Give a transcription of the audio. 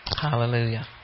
Hallelujah